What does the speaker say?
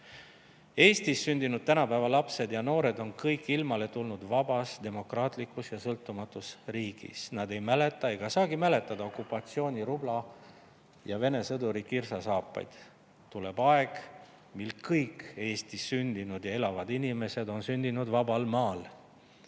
sündinud tänapäeva lapsed ja noored on kõik ilmale tulnud vabas, demokraatlikus ja sõltumatus riigis, nad ei mäleta ega saagi mäletada okupatsiooni rubla ja Vene sõduri kirsasaapaid. Tuleb aeg, mil kõik Eestis sündinud ja elavad inimesed on sündinud vabal maal.